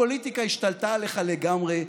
הפוליטיקה השתלטה עליך לגמרי,